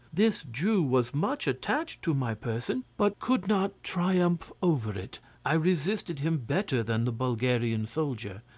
this jew was much attached to my person, but could not triumph over it i resisted him better than the bulgarian soldier.